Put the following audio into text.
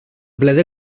bleda